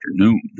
afternoon